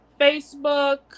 Facebook